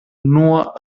nua